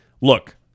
look